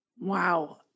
Wow